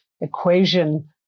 equation